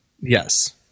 Yes